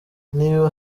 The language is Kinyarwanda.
niba